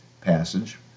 passage